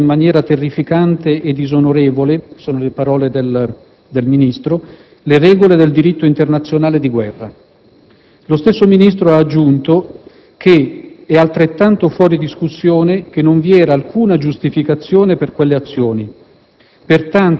ha infranto, in maniera terrificante e disonorevole» - sono le parole del Ministro - «le regole del diritto internazionale di guerra». Lo stesso Ministro ha aggiunto che «è altrettanto fuori discussione che non vi era alcuna giustificazione per quelle azioni.